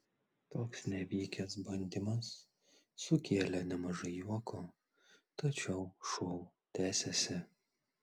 toks nevykęs bandymas sukėlė nemažai juoko tačiau šou tęsėsi